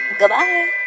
Goodbye